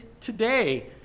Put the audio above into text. today